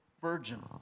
virgin